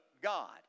God